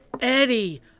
Eddie